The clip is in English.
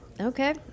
Okay